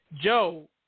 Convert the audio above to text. Joe